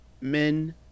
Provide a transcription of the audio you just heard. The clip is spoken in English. men